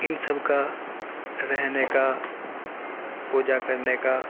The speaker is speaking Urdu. ان سب کا رہنے کا پوجا کرنے کا